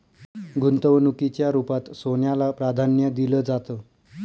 गुंतवणुकीच्या रुपात सोन्याला प्राधान्य दिलं जातं